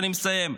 אני מסיים,